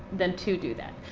than to do that.